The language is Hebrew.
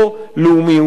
לאומיותו,